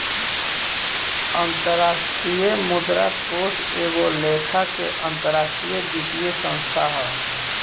अंतरराष्ट्रीय मुद्रा कोष एगो लेखा के अंतरराष्ट्रीय वित्तीय संस्थान ह